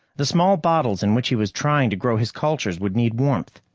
the small bottles in which he was trying to grow his cultures would need warmth.